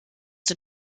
den